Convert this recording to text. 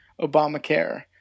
obamacare